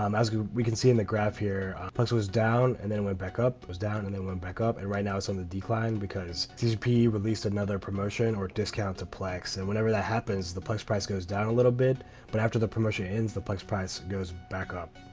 um as we we can see in the graph here plex was down and then went back up was down and then went back up and right now it's on the decline because ccp released another promotion or discount to plex. and whenever that happens the plex price goes down a little bit but after the promotion ends the plex price goes back up!